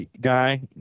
guy